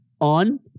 on